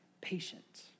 patient